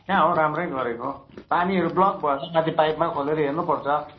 कहाँ हो राम्रै गरेको पानीहरू बल्क भयो होला कि माथि पाइपमा खोलेर हेर्नु पर्छ